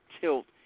tilt